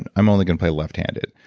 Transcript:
and i'm only gonna play left-handed.